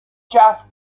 just